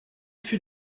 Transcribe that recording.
fut